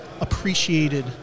appreciated